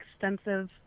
extensive